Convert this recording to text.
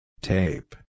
Tape